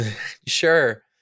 Sure